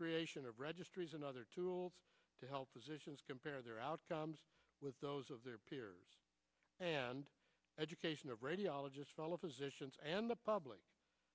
creation of registries and other tools to help physicians compare their outcomes with those of their peers and education of radiologists all of physicians and the public